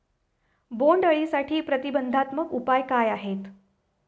बोंडअळीसाठी प्रतिबंधात्मक उपाय काय आहेत?